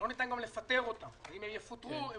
לא ניתן גם לפטר אותם אם הם יפוטרו הם